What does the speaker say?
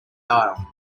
aisle